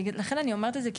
ולכן אני אומרת את זה,